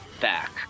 back